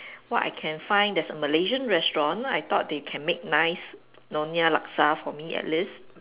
what I can find there's a Malaysian restaurant I thought they can make nice Nyonya laksa for me at least